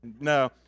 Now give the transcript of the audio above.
No